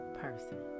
person